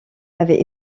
avait